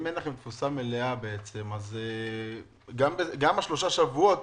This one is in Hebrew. אם אין לכם תפוסה מלאה, גם שלושה שבועות